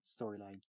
storyline